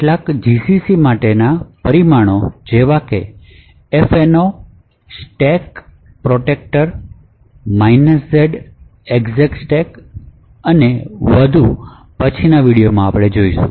કેટલાક gcc માટેના પરિમાણો જેવા કે fno stack protector z execstack અને વધુ પછીની વિડિઓમાં આપણે જોઈશું